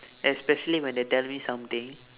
especially when they tell me something